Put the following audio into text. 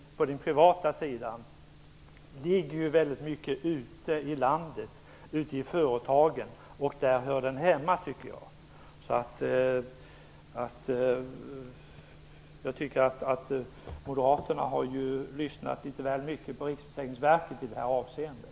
På den privata sidan ligger mycket av internrevisionen ute i landet, ute i företagen. Jag tycker att den hör hemma där. Jag vill nog påstå att moderaterna har lyssnat litet väl mycket på Riksförsäkringsverket i det här avseendet.